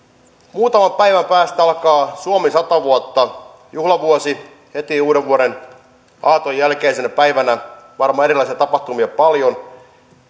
muutaman päivän päästä alkaa suomi sata vuotta juhlavuosi heti uudenvuodenaaton jälkeisenä päivänä varmaan erilaisia tapahtumia on paljon